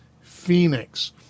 Phoenix